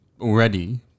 already